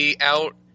out